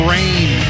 Rain